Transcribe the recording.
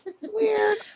weird